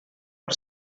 per